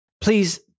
Please